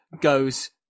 goes